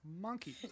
monkey